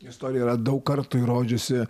istorija yra daug kartų įrodžiusi